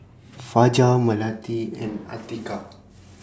Fajar Melati and Atiqah